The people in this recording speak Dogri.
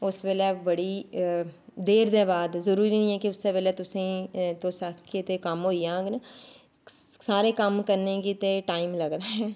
उस बेल्लै बड़ी देर दे बाद जरूरी निं ऐ कि उस्सै बेल्लै तुसेंगी तुस आखगे ते कम्म होई जाङन सारे कम्म करने गी ते टाइम लगदा ऐ